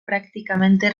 prácticamente